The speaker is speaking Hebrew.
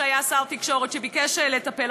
שהיה שר תקשורת וביקש לטפל,